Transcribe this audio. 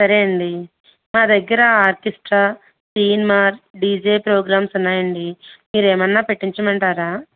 సరే ఆండి మా దగ్గర ఆర్కిస్ట్ర తీన్మార్ డీజే ప్రోగ్రామ్స్ ఉన్నాయి అండి మీరు ఏమైనా పెట్టించమంటారా